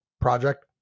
project